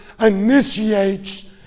initiates